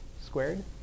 squared